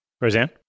Roseanne